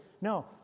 No